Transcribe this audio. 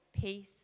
peace